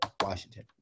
Washington